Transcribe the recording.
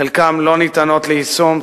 חלקן לא ניתנות ליישום.